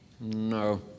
No